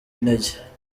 intege